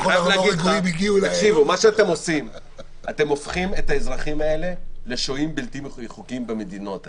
אתם הופכים את האזרחים המדוברים לשוהים בלתי חוקיים במדינות שהזכרתי.